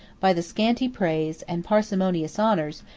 by the scanty praise, and parsimonious honors,